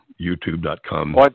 youtube.com